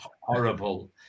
horrible